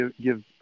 give